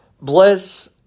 bless